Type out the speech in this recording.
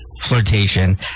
flirtation